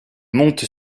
monte